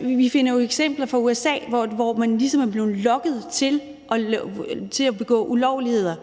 vi finder jo eksempler fra USA, hvor man ligesom er blevet lokket til at begå ulovligheder.